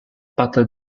battle